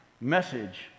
message